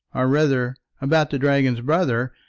or rather about the dragon's brother,